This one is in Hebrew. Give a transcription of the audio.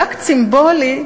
באקט סימבולי,